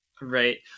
right